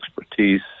expertise